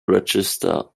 register